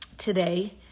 today